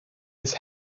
his